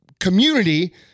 Community